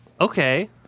okay